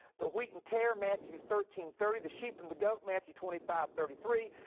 the wheat and tare, matthew thirteen thirty. the sheep and the goat, matthew twenty five thirty three.